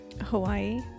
Hawaii